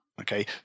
okay